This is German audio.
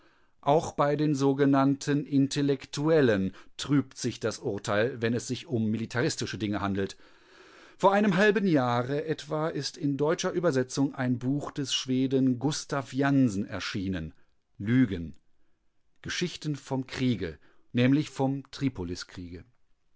auch bei den sogenannten intellektuellen trübt sich das urteil wenn es sich um militaristische dinge handelt vor einem halben jahre etwa ist in deutscher übersetzung ein buch des schweden gustaf jansen erschienen lügen geschichten vom kriege verlegt